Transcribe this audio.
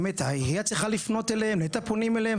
האם העירייה צריכה לפנות אליהם, אתם פונים אליהם?